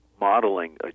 modeling